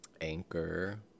anchor